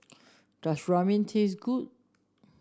does Ramyeon taste good